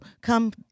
come